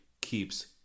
keeps